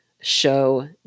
show